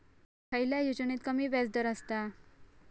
खयल्या योजनेत कमी व्याजदर असता?